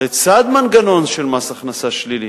לצד מנגנון של מס הכנסה שלילי.